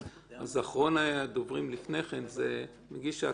אז אחרון הדוברים לפני זה הוא מגיש ההצעה,